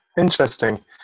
interesting